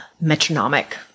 metronomic